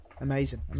Amazing